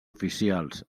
oficials